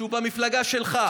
שהוא במפלגה שלך,